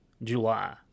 July